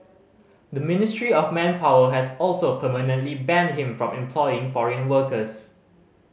the Ministry of Manpower has also permanently banned him from employing foreign workers